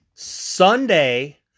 Sunday